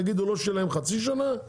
נגיד הוא לא שילם חצי שנה,